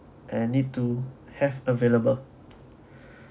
and need to have available